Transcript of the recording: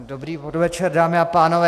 Dobrý podvečer, dámy a pánové.